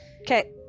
Okay